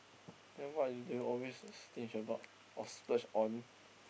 then what do you always a stinge about or splurge on